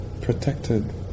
protected